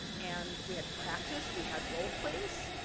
and we had to practice, we had roleplays.